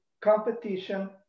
competition